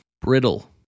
Brittle